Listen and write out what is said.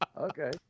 Okay